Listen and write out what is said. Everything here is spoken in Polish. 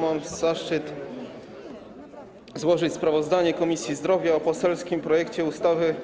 Mam zaszczyt złożyć sprawozdanie Komisji Zdrowia o poselskim projekcie ustawy